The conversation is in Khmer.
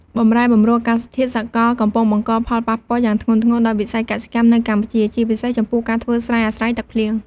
បម្រែបម្រួលអាកាសធាតុសកល កំពុងបង្កផលប៉ះពាល់យ៉ាងធ្ងន់ធ្ងរដល់វិស័យកសិកម្មនៅកម្ពុជា ជាពិសេសចំពោះការធ្វើស្រែអាស្រ័យទឹកភ្លៀង។